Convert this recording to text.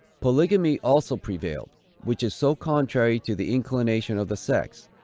polygamy also prevailed which is so contrary to the inclination of the sex,